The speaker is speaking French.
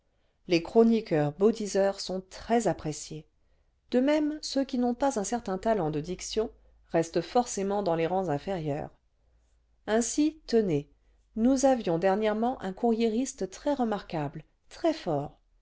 les chroniqueurs beaux diseurs sont très appréciés de même ceux qui n'ont pas uu certain talent cle diction restent forcément dans les rangs inférieurs ainsi tenez nous avions les correspondants a la guerre le vingtième siècle dernièrement un courriériste très remarquable très fort